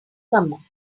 summer